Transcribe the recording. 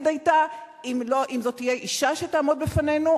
היתה: אם זאת תהיה אשה שתעמוד בפנינו,